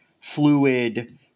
fluid